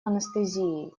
анестезией